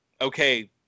okay